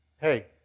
hey